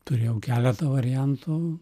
turėjau keletą variantų